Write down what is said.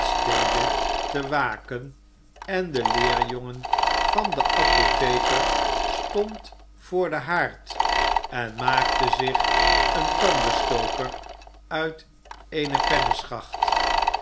te waken en de leerjongen van den apotheker stond voor den haard en maakte zich een tandenstoker uit eene